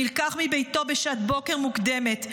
נלקח מביתו בשעת בוקר מוקדמת,